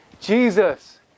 Jesus